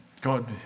God